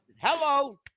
Hello